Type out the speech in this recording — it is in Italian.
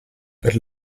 per